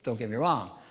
so get me wrong.